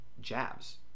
jabs